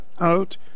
out